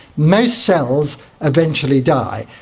most cells eventually die.